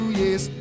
yes